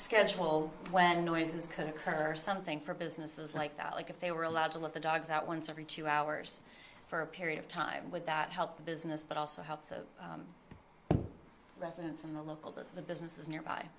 schedule when noises could occur or something for businesses like that like if they were allowed to let the dogs out once every two hours for a period of time would that help the business but also helps of residents and the local to the businesses nearby